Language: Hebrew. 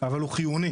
אבל הוא חיוני.